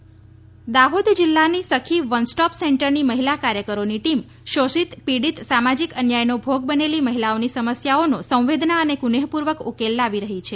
સખી one stop centre Dahod જિલ્લાની Sakhi one stop સેન્ટરની મહિલા કાર્યકરોની ટીમ શોષિત પીડિત સામાજીક અન્યાયનો ભોગ બનેલી મહિલાઓની સમસ્યાઓનો સંવેદના અને કુનેહ્પૂર્વક ઉકેલ લાવી રહી છે